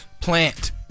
plant